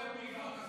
מדיניות.